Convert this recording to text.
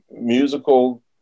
musical